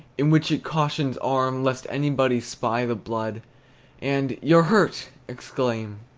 in which it cautions arm, lest anybody spy the blood and you're hurt exclaim!